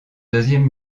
deuxième